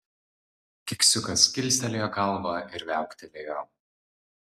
keksiukas kilstelėjo galvą ir viauktelėjo